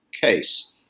case